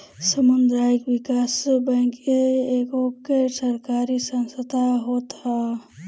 सामुदायिक विकास बैंक एगो गैर सरकारी संस्था होत हअ